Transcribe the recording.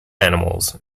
animals